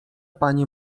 pani